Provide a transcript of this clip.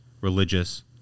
religious